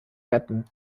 retten